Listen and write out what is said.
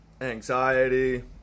anxiety